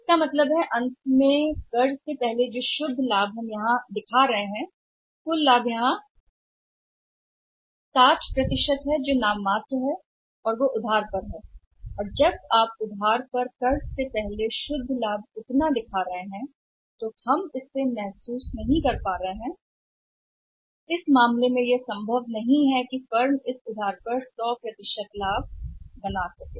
इसका मतलब अंत में है कर से पहले लाभ शुद्ध लाभ जो हम यहां दिखा रहे हैं कि उस लाभ में से कुल लाभ यहाँ 60 का लाभ भी नाममात्र है जो क्रेडिट पर भी है और जब आप दिखा रहे हैं क्रेडिट पर कर से पहले शुद्ध लाभ का इतना हिस्सा हमने महसूस नहीं किया है उस स्थिति में यह नहीं हो सकता है यह संभव है कि फर्म इस 100 क्रेडिट लाभ का एहसास कर सके